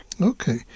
Okay